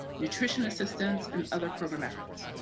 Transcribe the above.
nutrition assistance and other program efforts.